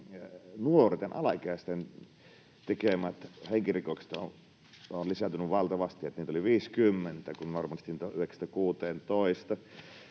nuorten, alaikäisten, tekemät henkirikokset ovat lisääntyneet valtavasti. Niitä oli 50, kun normaalisti niitä on 9:stä